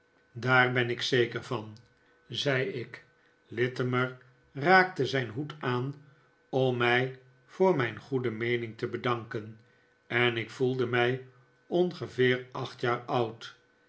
daar ben ik zeker van zei ik littimer raakte zijn hoed aan om mij voor mijn goede meening te bedanken en ik voelde mij ongeveer acht jaar oud